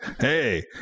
Hey